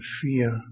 fear